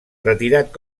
retirat